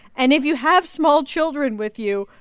and if you have small children with you,